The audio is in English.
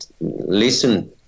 listen